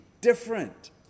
different